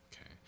Okay